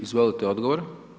Izvolite, odgovor.